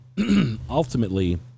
ultimately